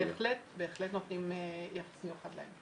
אנחנו בהחלט נותנים התייחסות לזה.